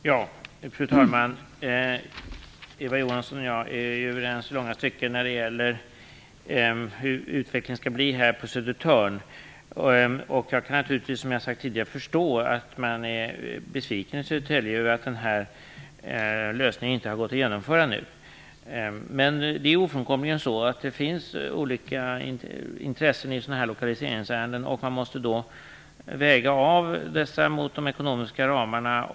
Fru talman! Eva Johansson och jag är överens i långa stycken när det gäller hur utvecklingen skall bli på Södertörn. Jag kan naturligtvis som jag har sagt tidigare förstå att man är besviken i Södertälje över att den här lösningen inte har gått att genomföra nu. Men det är ofrånkomligen så att det finns olika intressen i sådana här lokaliseringsärenden och man måste väga av dessa mot de ekonomiska ramarna.